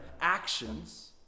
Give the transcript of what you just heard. actions